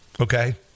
okay